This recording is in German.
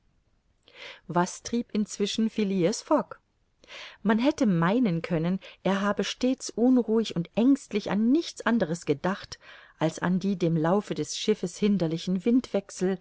was trieb inzwischen phileas fogg man hätte meinen können er habe stets unruhig und ängstlich an nichts anderes gedacht als an die dem laufe des schiffes hinderlichen